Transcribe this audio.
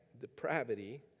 depravity